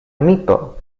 amito